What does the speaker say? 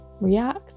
react